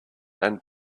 and